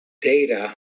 data